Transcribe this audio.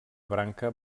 branca